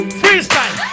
freestyle